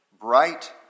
bright